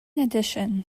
addition